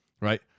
right